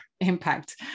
impact